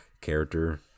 character